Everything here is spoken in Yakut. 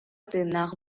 тыыннаах